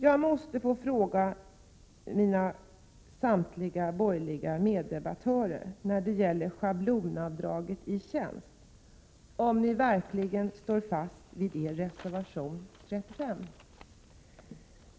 Jag måste få fråga samtliga mina borgerliga meddebattörer när det gäller schablonavdraget vid tjänst om ni verkligen står fast vid reservation 35?